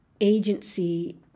agency